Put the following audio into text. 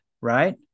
right